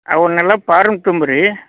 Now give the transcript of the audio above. ಅವನ್ನೆಲ್ಲ ಪಾರಮ್ ತುಂಬು ರೀ